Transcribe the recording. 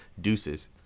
deuces